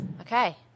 Okay